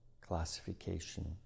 classification